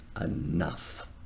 enough